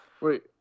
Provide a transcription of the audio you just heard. Wait